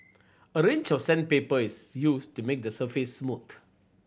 a range of sandpaper is used to make the surface smooth